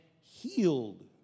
healed